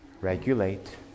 Regulate